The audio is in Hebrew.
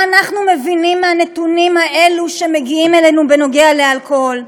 מה אנחנו מבינים מהנתונים האלה שמגיעים אלינו בנוגע לאלכוהול?